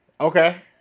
Okay